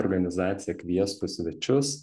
organizacija kviestų svečius